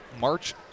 March